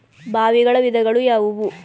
ಬಾವಿಗಳ ವಿಧಗಳು ಯಾವುವು?